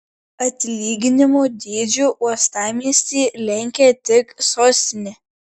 atlyginimų dydžiu uostamiestį lenkia tik sostinė